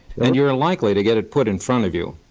and you're likely to get it put in front of you.